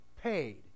paid